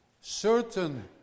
certain